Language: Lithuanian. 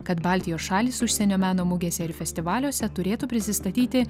kad baltijos šalys užsienio meno mugėse ir festivaliuose turėtų prisistatyti